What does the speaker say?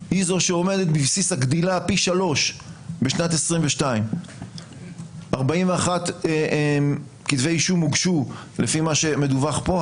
הוא זה שעומד בבסיס הגדילה פי 3 בשנת 22'. 41 כתבי אישום הוגשו לפי מה שמדווח פה,